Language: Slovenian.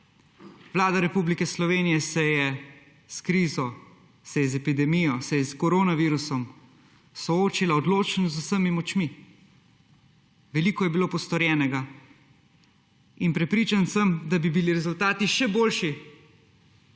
Vlada Republike Slovenije se je s krizo, se je z epidemijo, se je s koronavirusom soočila odločno z vsemi močmi. Veliko je bilo postorjenega in prepričan sem, da bi bili rezultati še boljši,